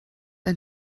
ein